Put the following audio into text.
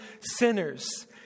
sinners